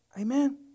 Amen